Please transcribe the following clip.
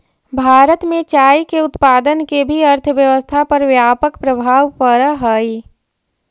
भारत में चाय के उत्पादन के भी अर्थव्यवस्था पर व्यापक प्रभाव पड़ऽ हइ